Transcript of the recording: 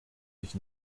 ich